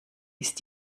ist